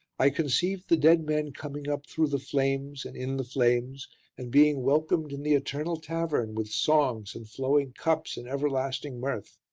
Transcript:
i conceived the dead men coming up through the flames and in the flames and being welcomed in the eternal tavern with songs and flowing cups and everlasting mirth.